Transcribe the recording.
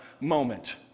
moment